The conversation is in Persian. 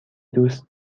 دوست